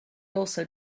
also